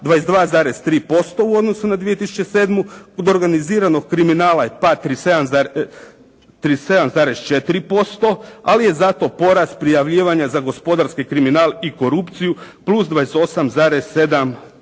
22,3% u odnosu na 2007. Kod organiziranog kriminala je pad 37,4%, ali je zato porast prijavljivanja za gospodarski kriminal i korupciju plus 28,7%.